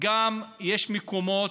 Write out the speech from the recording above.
גם יש מקומות,